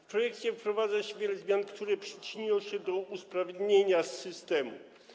W projekcie wprowadza się wiele zmian, które przyczynią się do usprawnienia systemu.